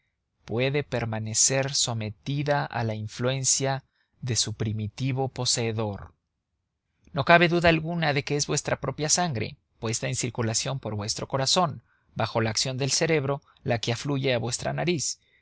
puede permanecer sometida a la influencia de su primitivo poseedor no cabe duda alguna de que es vuestra propia sangre puesta en circulación por vuestro corazón bajo la acción del cerebro la que afluye a vuestra nariz